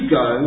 go